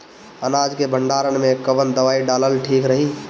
अनाज के भंडारन मैं कवन दवाई डालल ठीक रही?